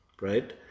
right